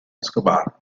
escobar